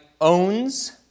owns